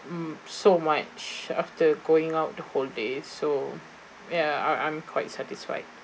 um so much after going out the whole day so ya I I'm quite satisfied